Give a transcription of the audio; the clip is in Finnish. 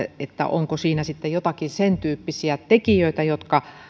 onko siinä sitten joitakin sentyyppisiä tekijöitä jotka